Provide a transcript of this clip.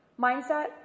Mindset